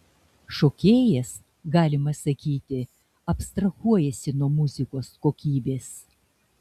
šokėjas galima sakyti abstrahuojasi nuo muzikos kokybės